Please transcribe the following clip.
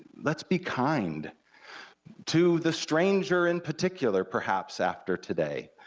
let's be kind to the stranger in particular, perhaps, after today,